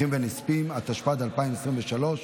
התשפ"ג 2022,